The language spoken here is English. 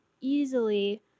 easily